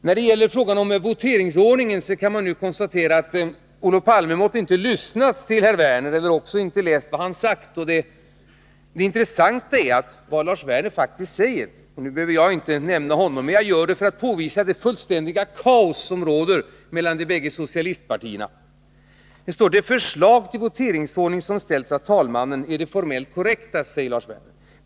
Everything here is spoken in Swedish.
När det gäller frågan om voteringsordningen kan man nu konstatera att Olof Palme inte måtte ha lyssnat till herr Werner eller inte har läst vad han sagt. Det intressanta är att vad Lars Werner faktiskt sade — jag nämner detta för att påvisa det fullständiga kaos som råder hos de bägge socialistpartierna — var: ”Det förslag till voteringsordning som ställts av talmannen är det formellt korrekta.